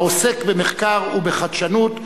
העוסק במחקר ובחדשנות,